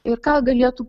ir ką galėtų